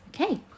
Okay